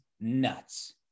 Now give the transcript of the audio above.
nuts